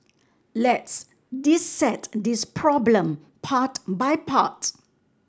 let's dissect this problem part by part